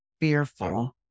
fearful